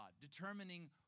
determining